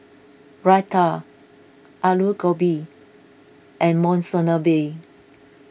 Raita Alu Gobi and Monsunabe